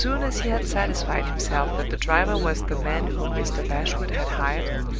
as soon as he had satisfied himself that the driver was the man whom mr. bashwood had hired,